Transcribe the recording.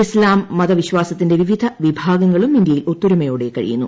ഇസ്ലാം മതവിശ്ചാസത്തിന്റെ വിവിധ വിഭാഗങ്ങളും ഇന്ത്യയിൽ ഒത്തൊരുമയോടെ കഴിയുന്നു